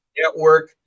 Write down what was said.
network